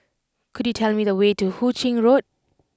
could you tell me the way to Hu Ching Road